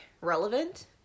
relevant